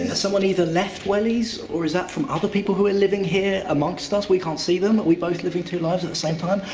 ah someone either left wellies? or is that from other people who are living here? amongst us? we can't see them? are but we both living two lives at the same time?